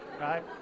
right